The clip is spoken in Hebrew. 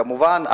כמובן,